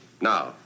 Now